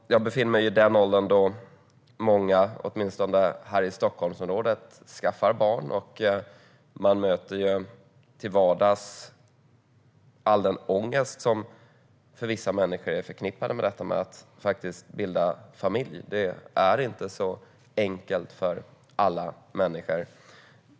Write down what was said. Jag befinner mig i den ålder då många, åtminstone här i Stockholmsområdet, skaffar barn och möter till vardags all den ångest som för vissa är förknippad med detta att bilda familj. Det är inte så enkelt för alla människor.